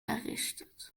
errichtet